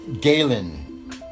Galen